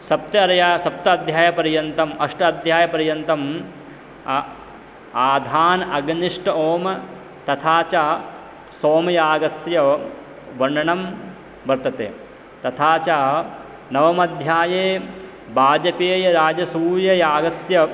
सप्त सप्तमाध्यायपर्यन्तम् अष्टमाध्यायपर्यन्तम् आधान अग्निष्टोमः तथा च सोमयागस्य वर्णनं वर्तते तथा च नवमाध्याये वाजपेयराजसूययागस्य